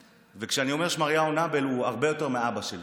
כשאני אומר שמריהו נאבל, הוא הרבה יותר מאבא שלי.